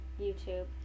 YouTube